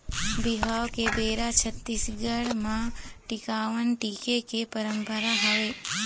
बिहाव के बेरा छत्तीसगढ़ म टिकावन टिके के पंरपरा हवय